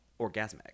orgasmic